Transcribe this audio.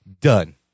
Done